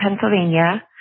Pennsylvania